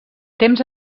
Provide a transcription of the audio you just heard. temps